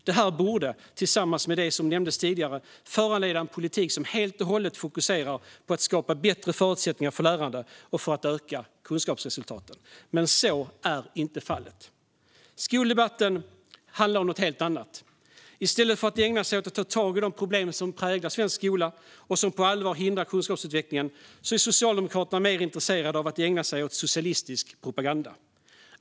Det här borde, tillsammans med det jag nämnde tidigare, föranleda en politik som helt och hållet fokuserar på att skapa bättre förutsättningar för lärande och öka kunskapsresultaten. Men så är inte fallet. Skoldebatten handlar om något helt annat. I stället för att ägna sig åt att ta tag i de problem som präglar svensk skola och som på allvar hindrar kunskapsutvecklingen är Socialdemokraterna mer intresserade av att ägna sig åt socialistisk propaganda.